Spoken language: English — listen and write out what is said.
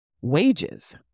wages